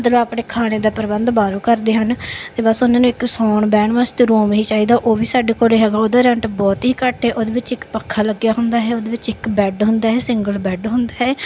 ਜਿਸ ਤਰ੍ਹਾਂ ਆਪਣੇ ਖਾਣੇ ਦਾ ਪ੍ਰਬੰਧ ਬਾਹਰੋਂ ਕਰਦੇ ਹਨ ਅਤੇ ਬਸ ਉਹਨਾਂ ਨੂੰ ਇੱਕ ਸੌਣ ਬਹਿਣ ਵਾਸਤੇ ਰੂਮ ਹੀ ਚਾਹੀਦਾ ਉਹ ਵੀ ਸਾਡੇ ਕੋਲ ਹੈਗਾ ਉਹਦਾ ਰੈਂਟ ਬਹੁਤ ਹੀ ਘੱਟ ਹੈ ਉਹਦੇ ਵਿੱਚ ਇੱਕ ਪੱਖਾ ਲੱਗਿਆ ਹੁੰਦਾ ਹੈ ਉਹਦੇ ਵਿੱਚ ਇੱਕ ਬੈੱਡ ਹੁੰਦਾ ਹੈ ਸਿੰਗਲ ਬੈੱਡ ਹੁੰਦਾ ਹੈ